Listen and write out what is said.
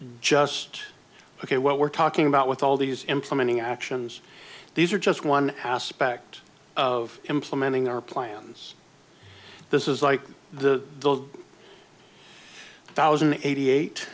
just ok what we're talking about with all these implementing actions these are just one aspect of implementing our plans this is like the thousand eighty eight